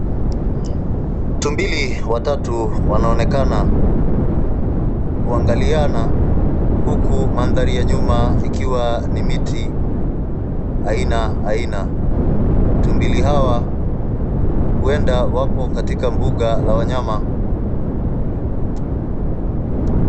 Tumbili watatu wanaonekana kungaliana huku mandhari ya nyuma ikiwa ni mti aina aina. Tumbili hawa huenda wapo katika mbuga la wanyama.